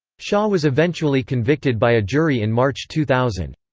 hsia was eventually convicted by a jury in march two thousand.